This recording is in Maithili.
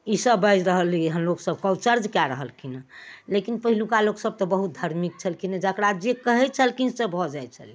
ई सभ बाजि रहलै हँ लोकसभ कौचर्ज कै रहलखिन हँ लेकिन पहिलुका लोक सभ तऽ बहुत धर्मिक छलखिन हँ जकरा जे कहै छलखिनहँ से भऽ जाइ छलै